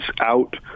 out